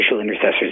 intercessors